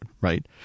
right